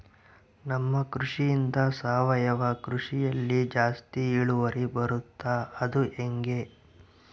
ನಮ್ಮ ಕೃಷಿಗಿಂತ ಸಾವಯವ ಕೃಷಿಯಲ್ಲಿ ಜಾಸ್ತಿ ಇಳುವರಿ ಬರುತ್ತಾ ಅದು ಹೆಂಗೆ?